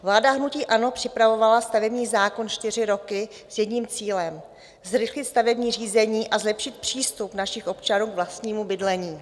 Vláda hnutí ANO připravovala stavební zákon čtyři roky s jedním cílem zrychlit stavební řízení a zlepšit přístup našich občanů k vlastnímu bydlení.